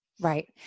Right